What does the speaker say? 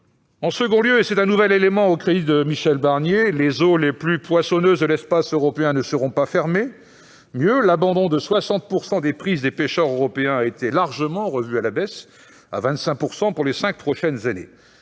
En second lieu- c'est un nouvel élément à mettre au crédit de Michel Barnier -, les eaux les plus poissonneuses de l'espace européen ne seront pas fermées. Mieux, l'abandon de 60 % des prises des pêcheurs européens a été largement revu à la baisse : il a été fixé à 25 % pour les cinq prochaines années.